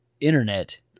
internet